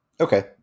Okay